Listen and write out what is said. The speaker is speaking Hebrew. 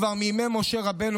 כבר מימי משה רבנו,